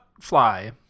fly